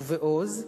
ובעוז,